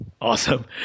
Awesome